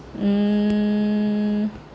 um